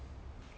that